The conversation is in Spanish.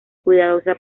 cuidadosa